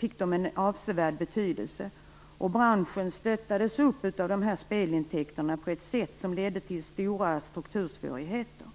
banditerna en avsevärd betydelse, och branschen stöttades upp av dessa spelintäkter på ett sätt som ledde till stora struktursvårigheter.